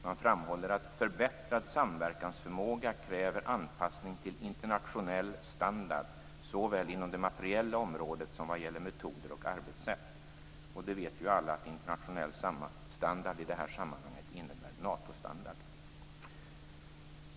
Man framhåller att förbättrad samverkansförmåga kräver anpassning till internationell standard, såväl inom det materiella området som vad gäller metoder och arbetssätt. Och det vet ju alla att internationell standard i det här sammanhanget innebär Natostandard.